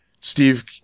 Steve